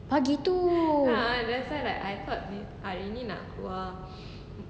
pagi tu